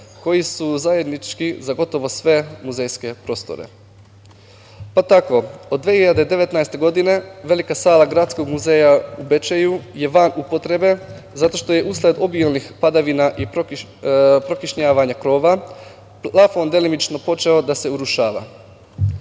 koji su značajni za gotovo sve muzejske prostore. Tako od 2019. godine velika sala Gradskog muzeja u Bečeju je van upotrebe zato što je usled obilnih padavina i prokišnjavanja krova plafon delimično počeo da se urušava.